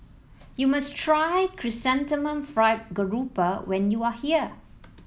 you must try Chrysanthemum Fried Garoupa when you are here